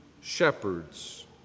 shepherds